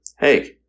hey